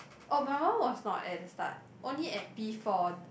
oh my one was not at the start only at P four